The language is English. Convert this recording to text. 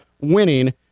winning